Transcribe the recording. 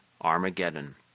Armageddon